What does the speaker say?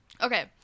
Okay